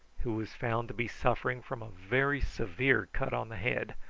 who was found to be suffering from a very severe cut on the head,